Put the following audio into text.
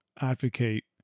advocate